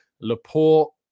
Laporte